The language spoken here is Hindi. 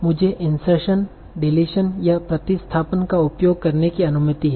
मुझे इंसर्शन डिलीशन या प्रतिस्थापन का उपयोग करने की अनुमति है